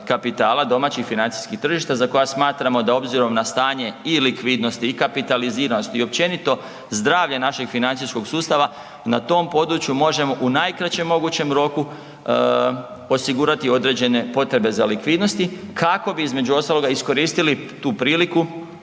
domaćih financijskih tržišta za koja smatramo da obzirom na stanje i likvidnosti i kapitaliziranosti i općenito zdravlje našeg financijskog sustava na tom području možemo u najkraće mogućem roku osigurati određene potrebe za likvidnosti kako bi između ostaloga iskoristili tu priliku